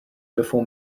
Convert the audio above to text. before